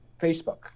Facebook